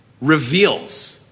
Reveals